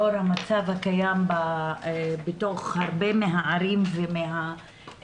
לאור המצב הקיים בתוך הרבה מהערים ומהכפרים.